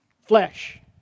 Flesh